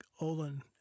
Olin